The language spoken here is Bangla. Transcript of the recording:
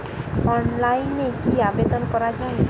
অনলাইনে কি আবেদন করা য়ায়?